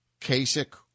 Kasich